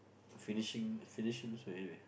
finishing finishing most of it anyway